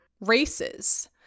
races